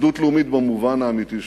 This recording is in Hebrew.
אחדות לאומית במובן האמיתי שלה.